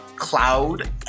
cloud